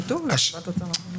כתוב לטובת אוצר המדינה.